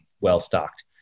well-stocked